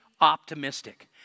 optimistic